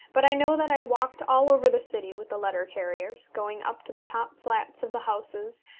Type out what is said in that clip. but i know that i walked all over the city with the letter-carriers, going up to the top flats of the houses,